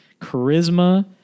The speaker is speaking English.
Charisma